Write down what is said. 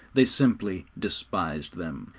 they simply despised them,